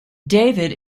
david